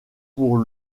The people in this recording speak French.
pour